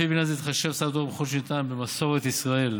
שלפיו בעניין זה יתחשב שר התחבורה ככל שניתן במסורת ישראל.